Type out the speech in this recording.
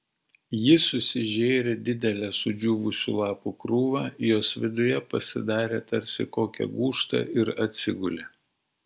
ji susižėrė didelę sudžiūvusių lapų krūvą jos viduje pasidarė tarsi kokią gūžtą ir atsigulė